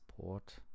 Port